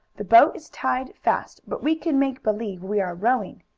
the boat is tied fast, but we can make believe we are rowing.